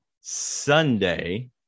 Sunday